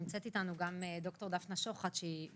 נמצאת איתנו גם ד"ר דפנה שוחט, שהיא